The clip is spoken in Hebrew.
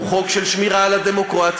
הוא חוק של שמירה על הדמוקרטיה,